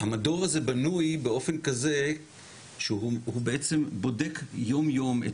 המדור הזה בנוי באופן כזה שהוא בעצם בודק יום יום את